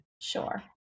Sure